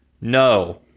No